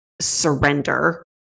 surrender